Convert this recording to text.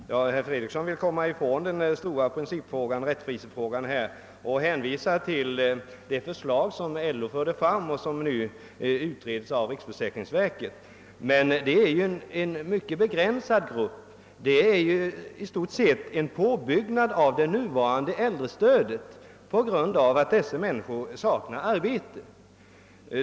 Herr talman! Herr Fredriksson vill komma ifrån den stora principoch rättvisefrågan och hänvisar till det av LO framförda förslaget som nu utreds av riksförsäkringsverket. Men detta gäller ju en mycket begränsad grupp. I stort sett innebär förslaget en påbyggnad av det nuvarande äldrestödet, som ges dessa människor därför att de saknar arbete.